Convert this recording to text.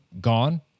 gone